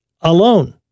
alone